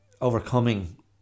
overcoming